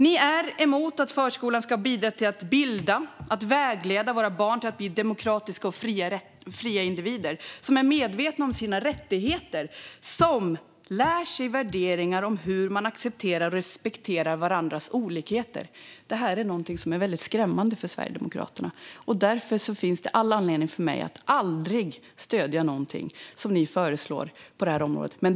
Ni är emot att förskolan ska bidra till att bilda och vägleda våra barn i att bli demokratiska och fria individer som är medvetna om sina rättigheter och som lär sig värderingar om hur man accepterar och respekterar varandras olikheter. Detta är någonting som är väldigt skrämmande för Sverigedemokraterna, och därför finns det all anledning för mig att aldrig stödja någonting som ni föreslår på det här området.